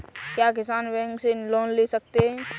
क्या किसान बैंक से लोन ले सकते हैं?